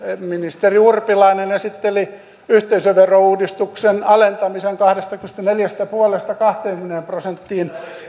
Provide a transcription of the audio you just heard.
ministeri urpilainen esitteli yhteisöverouudistuksen alentamisen kahdestakymmenestäneljästä pilkku viidestä kahteenkymmeneen prosenttiin